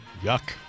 Yuck